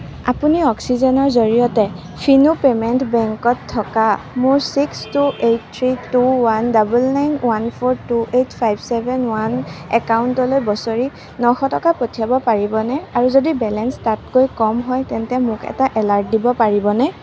আপুনি অক্সিজেনৰ জৰিয়তে ফিনো পে'মেণ্ট বেংকত থকা মোৰ six two eight three two one double nine one four two eight five seven one একাউণ্টলৈ বছৰি নশ টকা পঠিয়াব পাৰিবনে আৰু যদি বেলেঞ্চ তাতকৈ কম হয় তেন্তে মোক এটা এলাৰ্ট দিব পাৰিবনে